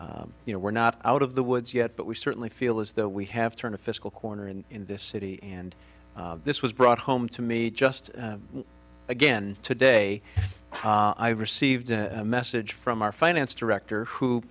you know we're not out of the woods yet but we certainly feel as though we have turned a fiscal corner in this city and this was brought home to me just again today i received a message from our finance director who